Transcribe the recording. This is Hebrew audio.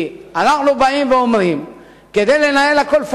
כי אנחנו באים ואומרים: כדי לנהל הכול,